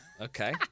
Okay